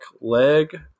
leg